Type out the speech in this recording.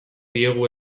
diegu